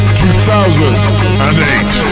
2008